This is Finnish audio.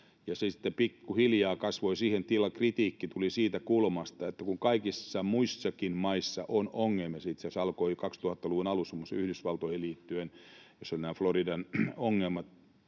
pikkuhiljaa kasvoi, kun kritiikki tuli siitä kulmasta, että kaikissa muissakin maissa on ongelmia — se itse asiassa alkoi 2000-luvun alussa muun muassa Yhdysvaltoihin liittyen, missä olivat nämä Floridan ongelmat